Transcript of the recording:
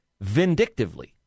vindictively